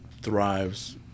thrives